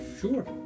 Sure